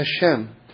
Hashem